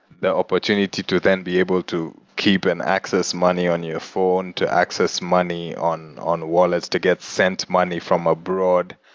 the opportunity to to then be able to keep and access money on your phone, to access money on on wallets, to get sent money from abroad,